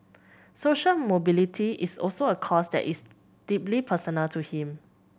social mobility is also a cause that is deeply personal to him